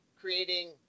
creating—